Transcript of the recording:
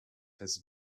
his